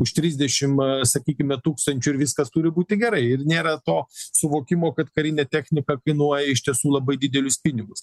už trisdešim sakykime tūkstančių ir viskas turi būti gerai ir nėra to suvokimo kad karinė technika kainuoja iš tiesų labai didelius pinigus